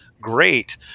great